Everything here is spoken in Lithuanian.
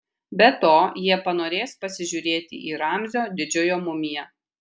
be to jie panorės pasižiūrėti į ramzio didžiojo mumiją